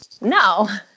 No